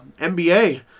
nba